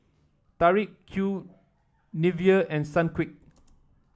Tori Q Nivea and Sunquick